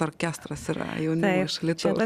orkestras yra jaunimo iš alytaus